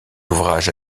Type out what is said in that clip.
ouvrage